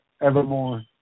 evermore